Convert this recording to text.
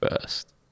first